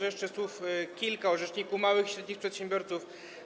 Jeszcze słów kilka o rzeczniku małych i średnich przedsiębiorców.